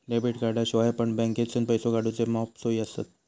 debit कार्डाशिवाय पण बँकेतसून पैसो काढूचे मॉप सोयी आसत